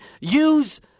use